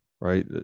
right